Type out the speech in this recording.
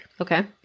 Okay